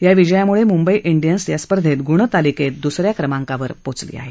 या विजयामुळे मुंबई डियन्स या स्पर्धेत गुणतालिकेत दुसऱ्या क्रमांकावर पोचली आहे